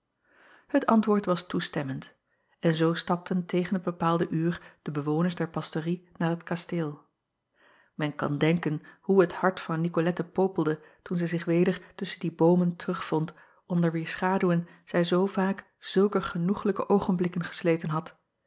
et antwoord was toestemmend en zoo stapten tegen het bepaalde uur de bewoners der pastorie naar het kasteel en kan denken hoe het hart van icolette popelde toen zij zich weder tusschen die boomen terugvond onder wier schaduwen zij zoo vaak zulke genoeglijke oogenblikken gesleten had